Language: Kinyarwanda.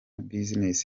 business